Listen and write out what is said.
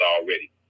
already